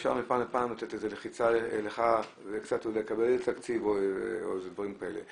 ואפשר מפעם לפעם לתת לחיצה עליך ולקבל תקציב ודברים כאלה.